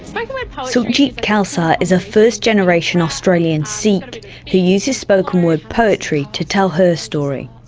like like sukhjit khalsa, is a first generation australian sikh who uses spoken word poetry to tell her story.